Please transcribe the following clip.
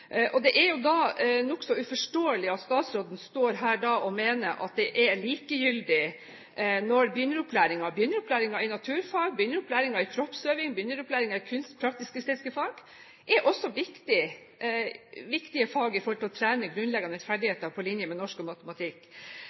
Det er jo da nokså uforståelig at statsråden står her og mener at det er likegyldig med begynneropplæring – begynneropplæring i naturfag, begynneropplæring i kroppsøving, begynneropplæring i kunst og praktisk-estetiske fag – som også er viktige fag i forhold til å trene grunnleggende ferdigheter på linje med norsk og matematikk.